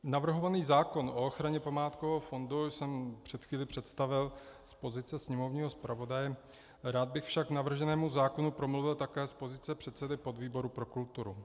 Navrhovaný zákon o ochraně památkového fondu jsem před chvílí představil z pozice sněmovního zpravodaje, rád bych však k navrženému zákonu promluvil také z pozice předsedy podvýboru pro kulturu.